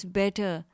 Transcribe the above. better